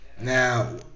Now